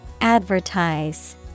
Advertise